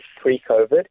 pre-COVID